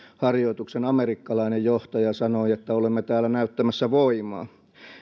harjoituksen amerikkalainen johtaja sanoi että olemme täällä näyttämässä voimaa